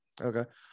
okay